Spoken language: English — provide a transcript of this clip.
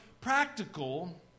practical